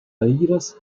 aires